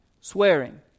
swearing